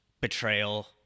betrayal